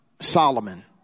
Solomon